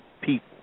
people